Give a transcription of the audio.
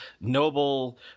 noble